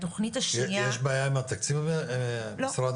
משרד